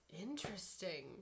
Interesting